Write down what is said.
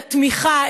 את התמיכה,